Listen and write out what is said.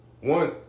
One